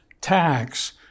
tax